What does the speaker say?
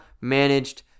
managed